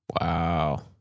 Wow